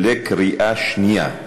קריאה שנייה.